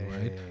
right